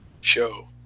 show